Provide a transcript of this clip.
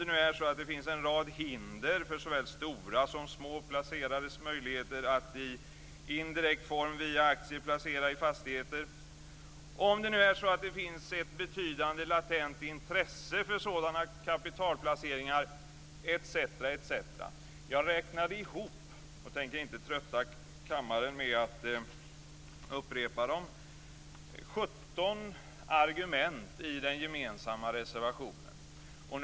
Tänk om det finns en rad hinder för såväl stora som små placerares möjligheter att i indirekt form, via aktier, placera i fastigheter. Tänk om det finns ett betydande latent intresse för sådana kapitalplaceringar. Jag räknade ihop 17 argument i den gemensamma reservationen; jag tänker inte trötta kammaren med att räkna upp dem.